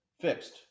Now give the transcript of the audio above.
Fixed